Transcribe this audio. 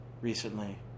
recently